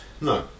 No